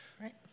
Right